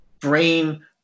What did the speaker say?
brain